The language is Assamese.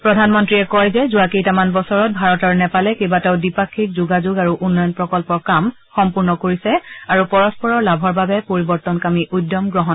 প্ৰধানমন্ত্ৰীয়ে কয় যে যোৱা কেইটামান বছৰত ভাৰত আৰু নেপালে কেইবাটাও দ্বিপাক্ষিক যোগাযোগ আৰু উন্নয়ন প্ৰকল্পৰ কাম সম্পূৰ্ণ কৰিছে আৰু পৰস্পৰৰ লাভৰ বাবে পৰিৱৰ্তনকামী উদ্যম গ্ৰহণ কৰিছে